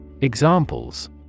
Examples